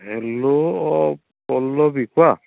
hello অঁ পল্লৱী কোৱা